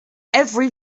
every